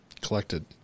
collected